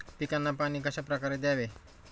पिकांना पाणी कशाप्रकारे द्यावे?